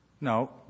No